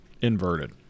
Inverted